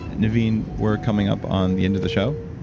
and naveen, we're coming up on the end of the show.